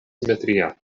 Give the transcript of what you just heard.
simetria